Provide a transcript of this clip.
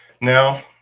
Now